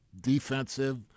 defensive